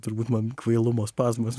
turbūt man kvailumo spazmas